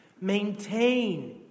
Maintain